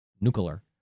Nuclear